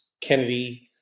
Kennedy